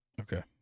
Okay